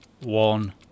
one